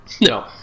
No